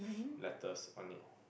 letters on it